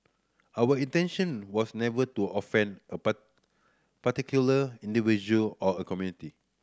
our intention was never to offend a part particular individual or a community